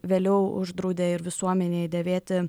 vėliau uždraudė ir visuomenėj dėvėti